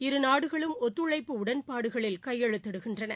இருநாடுகளும் ஒத்துழைப்பு உடன்பாடுகளில் கையெழுத்திடுகின்றன